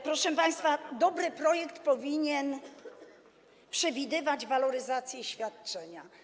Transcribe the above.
Proszę państwa, dobry projekt powinien przewidywać waloryzację świadczenia.